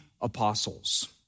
apostles